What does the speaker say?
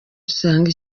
usanga